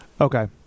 Okay